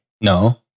No